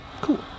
Cool